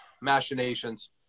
machinations